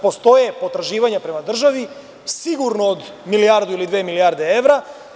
Postoje potraživanja prema državi, sigurno od milijardu ili dve milijarde evra.